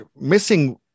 missing